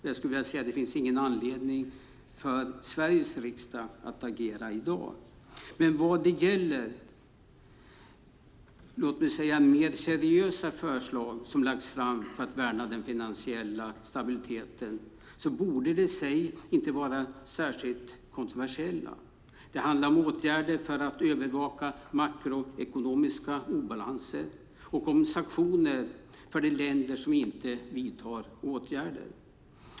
Jag skulle vilja säga att det inte finns anledning för Sveriges riksdag att agera i dag. Men vad gäller de, låt mig säga, mer seriösa förslag som lagts fram för att värna den finansiella stabiliteten borde de i sig inte vara särskilt kontroversiella. Det handlar om åtgärder för att övervaka makroekonomiska obalanser och om sanktioner för de länder som inte vidtar åtgärder.